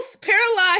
paralyzed